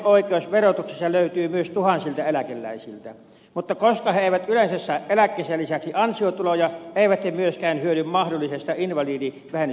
invalidivähennysoikeus verotuksessa löytyy myös tuhansilta eläkeläisiltä mutta koska he eivät yleensä saa eläkkeensä lisäksi ansiotuloja eivät he myöskään hyödy mahdollisesta invalidivähennysoikeudestaan